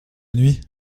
nuit